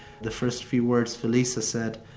the first few words felisa said.